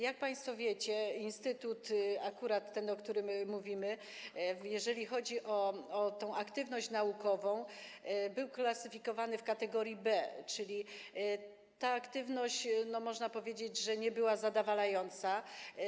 Jak państwo wiecie, akurat ten instytut, o którym mówimy, jeżeli chodzi o aktywność naukową, był klasyfikowany w kategorii B, czyli ta aktywność, można powiedzieć, nie była zadowalająca.